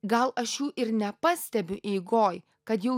gal aš jų ir nepastebiu eigoj kad jau